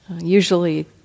usually